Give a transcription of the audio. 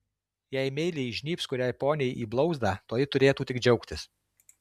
jei meiliai įžnybs kuriai poniai į blauzdą toji turėtų tik džiaugtis